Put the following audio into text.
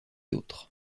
d’autres